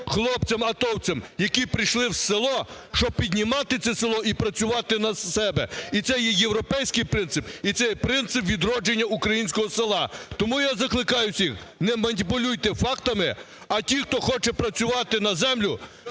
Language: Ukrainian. хлопцям атовцям, які прийшли в село, щоб піднімати це село і працювати на себе. І це є європейський принцип, і це є принцип відродження українського села. Тому я закликаю всіх, не маніпулюйте фактами, а ті, хто хоче працювати на землі,